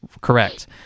Correct